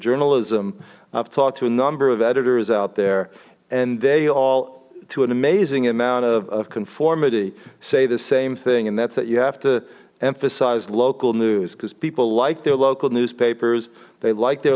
journalism i've talked to a number of editors out there and they all to an amazing amount of conformity say the same thing and that's that you have to emphasize local news because people like their local newspapers they like their